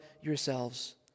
yourselves